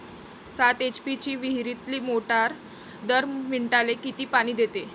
सात एच.पी ची विहिरीतली मोटार दर मिनटाले किती पानी देते?